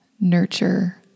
nurture